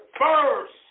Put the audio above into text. First